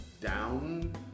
down